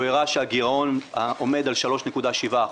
הוא הראה שהגרעון עומד על 3.7%,